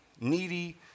needy